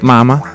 Mama